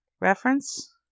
reference